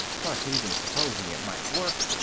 but even supposing it might work,